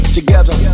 Together